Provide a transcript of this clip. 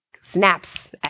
Snaps